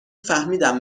فهمیدم